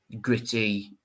gritty